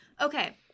Okay